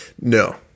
No